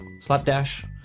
slapdash